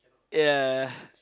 ya